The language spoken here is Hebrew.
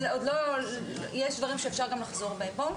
אבל יש דברים שאפשר גם לחזור בהם.